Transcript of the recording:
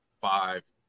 five